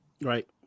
right